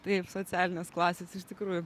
taip socialinės klasės iš tikrųjų